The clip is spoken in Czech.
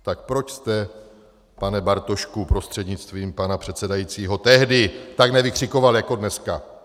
Tak proč jste, pane Bartošku prostřednictvím pana předsedajícího, tehdy tak nevykřikoval jako dneska?